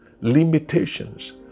limitations